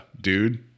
dude